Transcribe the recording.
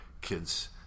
kids